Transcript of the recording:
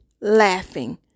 laughing